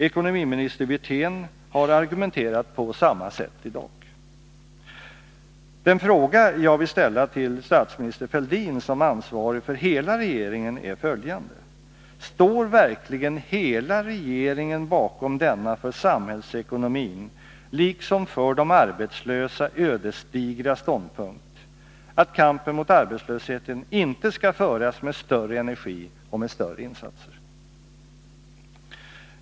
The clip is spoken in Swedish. Ekonomioch budgetministern har argumenterat på samma sätt. Den fråga jag vill ställa till statsminister Fälldin som ansvarig för hela regeringen är: Står hela regeringen bakom denna för samhällsekonomin liksom för de arbetslösa ödesdigra ståndpunkt att kampen mot arbetslösheten inte skall föras med större energi och med större insatser?